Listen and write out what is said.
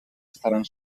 estaran